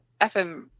FM